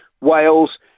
wales